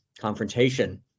confrontation